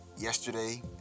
yesterday